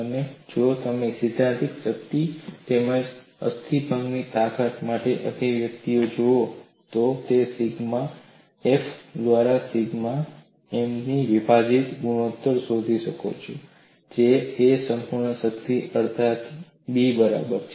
અને જો તમે સૈદ્ધાંતિક શક્તિ તેમજ અસ્થિભંગની તાકાત માટે અભિવ્યક્તિ જુઓ તો હું સિગ્મા એફ દ્વારા સિગ્મા મીથી વિભાજિત ગુણોત્તર શોધી શકું છું જે a સંપૂર્ણ શક્તિ અડધાથી b બરાબર છે